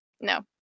no